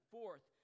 Fourth